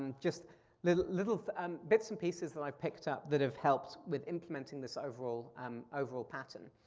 um just little little um bits and pieces that i've picked up that have helped with implementing this overall um overall pattern.